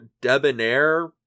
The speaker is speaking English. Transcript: debonair